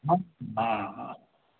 हँ हँ